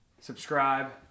Subscribe